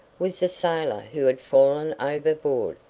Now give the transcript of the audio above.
was the sailor who had fallen overboard.